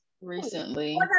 recently